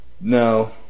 No